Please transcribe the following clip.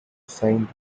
saint